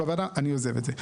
אני עוזב אץ זה.